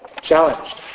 challenged